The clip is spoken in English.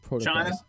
China